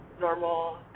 normal